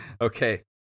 Okay